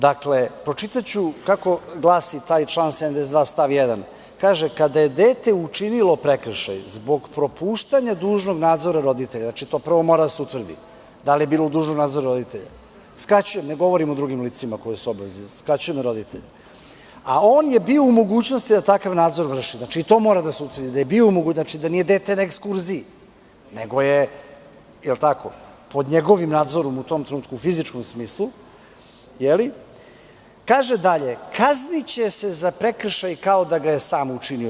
Dakle, pročitaću kako glasi taj član 72. stav 1. – kada je dete učinilo prekršaj zbog propuštanja dužnog nadzora roditelja, znači to prvo mora da se utvrdi da li je bilo dužnog nadzora roditelja, skraćujem, ne govorim o drugim licima koja su u obavezi, skraćujem na roditelje, a on je bio u mogućnosti da takav nadzor vrši, znači i to mora da se utvrdi, znači da nije dete na ekskurziji nego je pod njegovim nadzorom u fizičkom smislu, jeli, kaže dalje – kazniće se za prekršaj kao da ga je sam učinio.